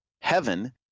Heaven